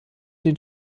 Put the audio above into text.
den